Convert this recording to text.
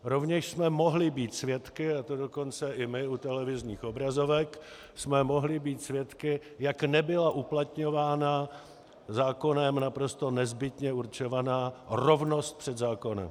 Rovněž jsme mohli být svědky, a to dokonce i my u televizních obrazovek jsme mohli být svědky, jak nebyla uplatňována zákonem naprosto nezbytně určovaná rovnost před zákonem.